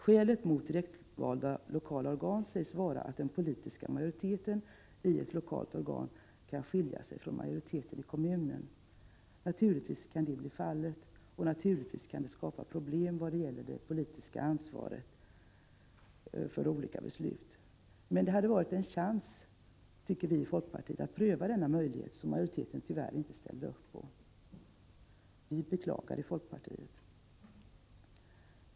Skälet mot direktvalda lokala organ sägs vara att den politiska majoriteten i ett lokalt organ kan skilja sig från majoriteten i kommunen. Naturligtvis kan det bli fallet, och naturligtvis kan det skapa problem vad gäller det politiska ansvaret för olika beslut. Men vi i folkpartiet tycker att det här hade funnits en chans att pröva denna möjlighet, som majoriteten tyvärr inte ställde upp på. Vi i folkpartiet beklagar detta.